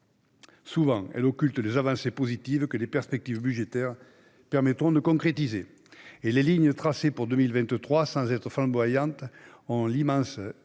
occulte-t-elle souvent les avancées positives que les perspectives budgétaires permettront de concrétiser. Or les lignes tracées pour 2023, sans être flamboyantes, ont l'immense mérite